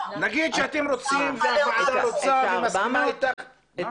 נגיד שאתם רוצים והוועדה רוצה ומסכימה איתך --- מה,